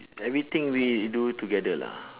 everything we do together lah